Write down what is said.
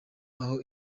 aha